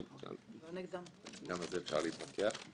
גם על זה אפשר להתווכח.